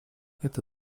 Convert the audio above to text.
это